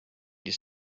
his